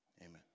Amen